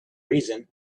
reason